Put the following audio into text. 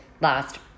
last